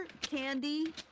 candy